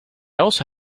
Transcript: also